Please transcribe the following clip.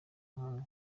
mahanga